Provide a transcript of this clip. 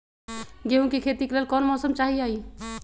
गेंहू के खेती के लेल कोन मौसम चाही अई?